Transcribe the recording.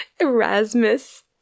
Erasmus